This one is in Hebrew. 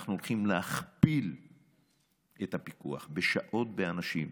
אנחנו הולכים להכפיל את הפיקוח בשעות ובאנשים,